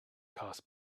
cost